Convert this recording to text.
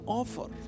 offer